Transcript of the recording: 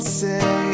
say